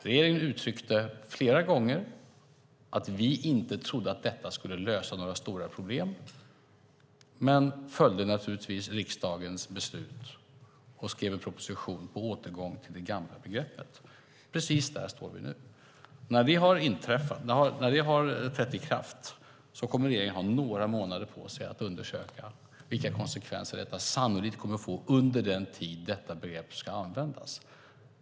Regeringen uttryckte flera gånger att vi inte trodde att detta skulle lösa några stora problem men följde naturligtvis riksdagens beslut och skrev en proposition om en återgång till det gamla begreppet. Precis där står vi nu. När detta har trätt i kraft kommer regeringen att ha några månader på sig att undersöka vilka konsekvenser detta sannolikt kommer att få under den tid detta begrepp ska användas.